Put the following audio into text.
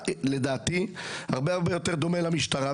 לדעתי הצבא הרבה-הרבה יותר דומה למשטרה,